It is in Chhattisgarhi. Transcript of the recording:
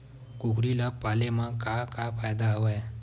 कुकरी ल पाले म का फ़ायदा हवय?